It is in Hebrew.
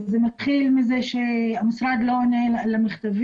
זה מתחיל מזה שהמשרד לא עונה למכתבים,